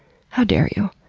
how dare you.